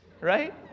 Right